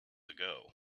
ago